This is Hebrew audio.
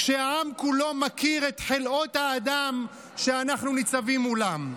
כשהעם כולו מכיר את חלאות האדם שאנחנו ניצבים מולם.